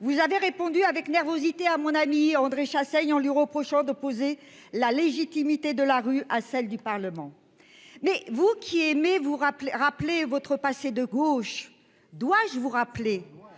vous avez répondu avec nervosité à mon ami André Chassaigne en lui reprochant d'opposer la légitimité de la rue à celle du Parlement. Mais vous qui aimez vous rappelez rappelez votre passé de gauche. Dois-je vous rappeler